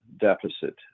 deficit